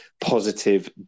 positive